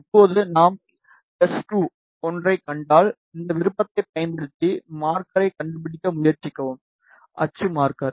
இப்போது நாம் S21 ஐக் கண்டால் இந்த விருப்பத்தைப் பயன்படுத்தி மார்க்கரைக் கண்டுபிடிக்க முயற்சிக்கவும் அச்சு மார்க்கர்